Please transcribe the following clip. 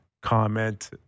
comment